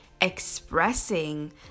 expressing